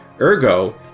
Ergo